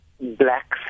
Black